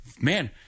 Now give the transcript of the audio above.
Man